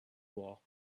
wall